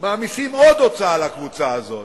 מעמיסים עוד הוצאה על הקבוצה הזאת.